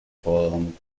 from